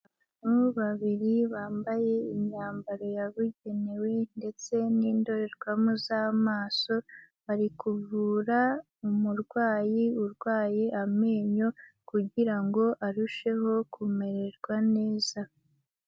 Abagabo babiri bambaye imyambaro yabugenewe ndetse n'indorerwamo z'amaso, bari kuvura umurwayi urwaye amenyo kugira ngo arusheho kumererwa neza.